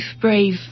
brave